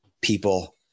people